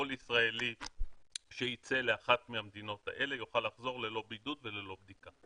כל ישראלי שייצא לאחת מהמדינות האלה יוכל לחזור ללא בידוד וללא בדיקה.